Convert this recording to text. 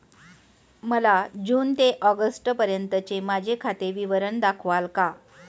मला जून ते ऑगस्टपर्यंतचे माझे खाते विवरण दाखवाल का?